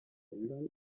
ändern